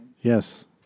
Yes